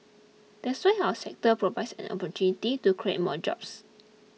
that's why our sector provides an opportunity to create more jobs